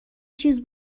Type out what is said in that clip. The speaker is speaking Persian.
چیز